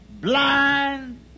blind